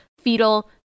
fetal